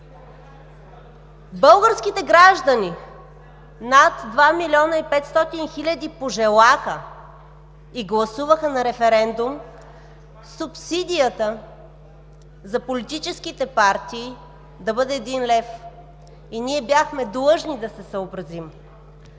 Българските граждани – над 2 милиона и 500 хиляди пожелаха и гласуваха на референдум субсидията за политическите партии да бъде един лев и ние бяхме длъжни да се съобразим.